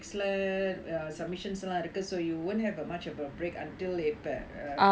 submissions இருக்கும்:irukkum so you wouldn't have much of a break until when எப்ப:eppa